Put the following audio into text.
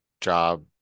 job